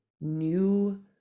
new